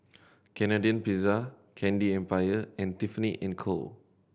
Canadian Pizza Candy Empire and Tiffany and Co